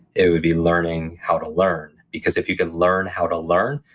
it would be learning how to learn. because if you could learn how to learn,